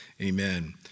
amen